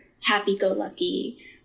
happy-go-lucky